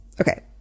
Okay